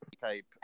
type